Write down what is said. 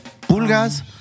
Pulgas